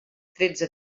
tretze